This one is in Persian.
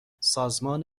سازمان